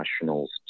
Nationals